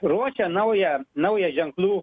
ruošia naują naują ženklų